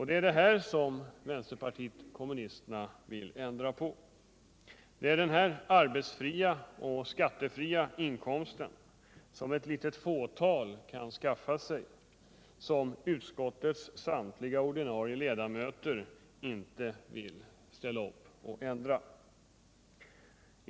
Det är detta som vänsterpartiet kommunisterna vill ändra på. Det är denna arbetsfria och skattefria inkomst, som ett litet fåtal kan skaffa sig, som utskottets samtliga ordinarie ledamöter inte vill ändra på.